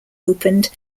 opened